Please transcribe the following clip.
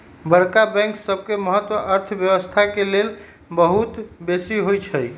बड़का बैंक सबके महत्त अर्थव्यवस्था के लेल बहुत बेशी होइ छइ